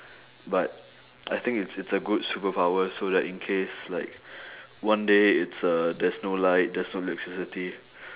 but I think it's it's a good superpower so that in case like one day it's uh there's no light there's no electricity